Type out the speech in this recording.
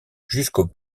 jusqu’au